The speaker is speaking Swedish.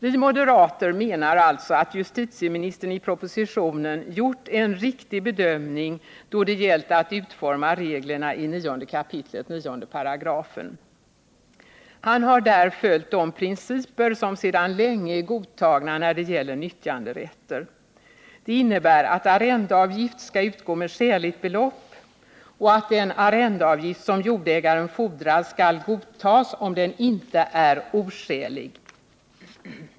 Vi moderater menar alltså att justitieministern i propositionen gjort en riktig bedömning då det gällt att utforma reglerna i 9 kap. 9 §. Han har där följt de principer som sedan länge är godtagna när det gäller nyttjanderätter. Det innebär att arrendeavgift skall utgå med skäligt belopp och att den arrendeavgift som jordägaren fordrar skall godtas om den inte är oskälig.